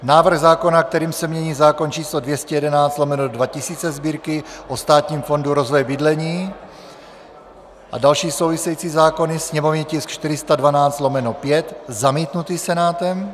návrh zákona, kterým se mění zákon č. 211/2000 Sb., o Státním fondu rozvoje bydlení a další související zákony, sněmovní tisk 412/5 zamítnutý Senátem;